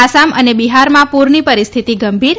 આસામ અને બિહારમાં પુરની પરિસ્થિતિ ગંભીર